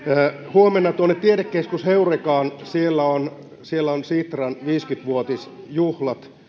huomenna tuonne tiedekeskus heurekaan siellä on siellä on sitran viisikymmentä vuotisjuhlat